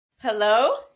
Hello